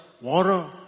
water